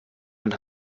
ein